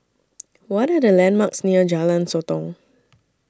What Are The landmarks near Jalan Sotong